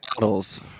Models